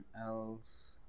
else